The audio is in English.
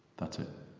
that's it.